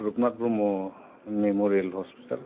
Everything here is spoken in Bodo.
Rupnath Brahma memorial hospital